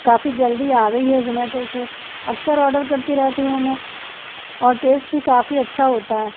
کافی جلدی آ گئی ہے زومیٹو سے اکثر آڈر کرتی رہتی ہوں میں اور ٹیسٹ بھی کافی اچّھا ہوتا ہے